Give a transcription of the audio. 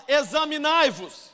examinai-vos